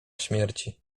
śmierci